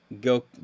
go